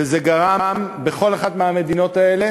וזה גרם בכל אחת מהמדינות האלה